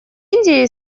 индии